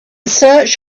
search